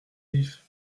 vif